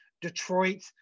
detroit